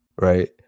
right